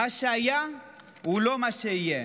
מה שהיה הוא לא מה שיהיה.